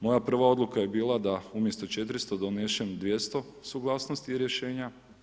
Moja prva odluka je bila da umjesto 400 donesem 200 suglasnosti i rješenja.